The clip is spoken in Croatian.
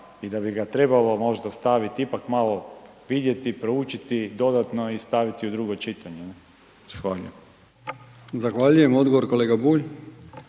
i da bi ga trebalo možda stavit, ipak malo vidjeti, proučiti dodatno i staviti u drugo čitanje. Hvala lijepo. **Brkić, Milijan (HDZ)** Zahvaljujem. Odgovor kolega Bulj.